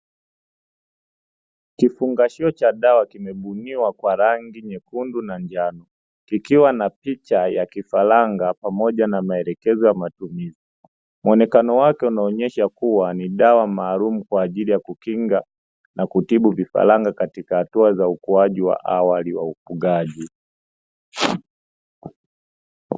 Kifungashio cha dawa kimebuniwa kwa rangi nyekundu na njano kikiwa na picha ya kifaranga pamoja na maelekezo ya matumizi, muonekano wake unaonyesha kuwa ni dawa maalumu kwa ajili ya kukinga na kutibu vifaranga katika hatua za ukuaji wa awali wa ufugaji.